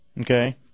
okay